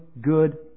good